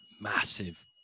Massive